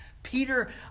Peter